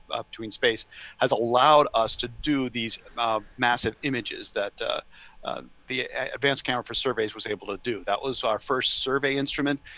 up in space has allowed us to do these massive images that the advanced count for surveys was able to do. that was our first survey instrument.